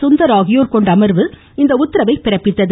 சுந்தர் ஆகியோர் கொண்ட அமர்வு இந்த உத்தரவை பிறப்பித்தது